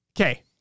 okay